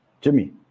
Jimmy